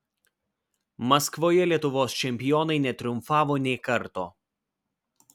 maskvoje lietuvos čempionai netriumfavo nė karto